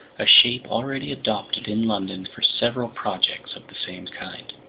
a shape already adopted in london for several projects of the same kind.